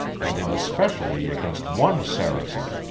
and in especially against one saracen,